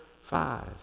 five